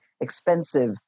expensive